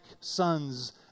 sons